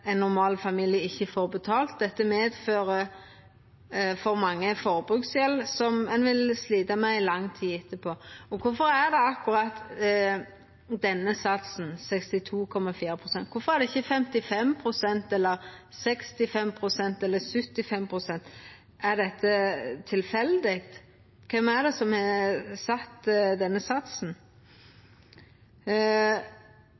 ein normal familie ikkje får betalt. Dette medfører for mange ei forbruksgjeld som ein vil slita med i lang tid etterpå. Og kvifor er det akkurat denne satsen, 62,4 pst.? Kvifor er det ikkje 55 pst., eller 65 pst., eller 75 pst.? Er dette tilfeldig? Kven er det som har sett denne